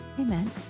Amen